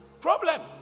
Problem